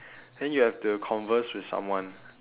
then you have to converse with someone